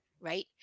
right